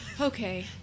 Okay